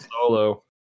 Solo